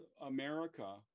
America